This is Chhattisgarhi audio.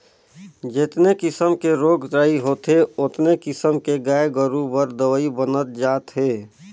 जेतने किसम के रोग राई होथे ओतने किसम के गाय गोरु बर दवई बनत जात हे